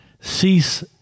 cease